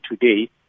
today